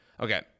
Okay